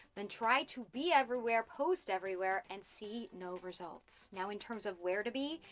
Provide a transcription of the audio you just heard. than try to be everywhere, post everywhere, and see no results. now, in terms of where to be,